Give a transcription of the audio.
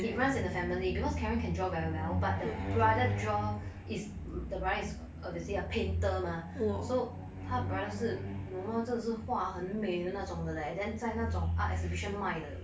it runs in the family because karen can draw very well but the brother draw is the brother is obviously a painter mah so 她 brother 真的是画得很美的那种的 leh then 在那种 art exhibition 卖的